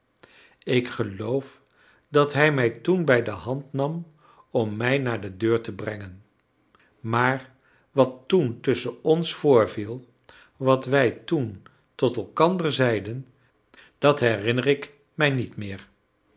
ik geloof dat hij mij toen bij de hand nam om mij naar de deur te brengen maar wat toen tusschen ons voorviel wat wij toen tot elkander zeiden dat herinner ik mij niet meer